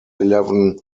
eleven